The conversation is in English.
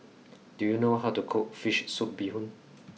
do you know how to cook fish soup bee hoon